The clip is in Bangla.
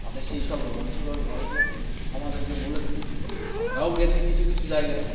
তাদের সেই সব রোমাঞ্চকর গল্প আমাদেরকে বলেছে আমরাও গিয়েছি কিছু কিছু জায়গায়